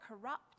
corrupt